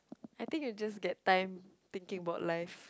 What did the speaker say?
I think you just get time thinking about life